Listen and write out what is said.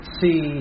see